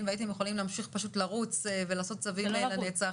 והייתם יכולים להתקין צווים לנצח,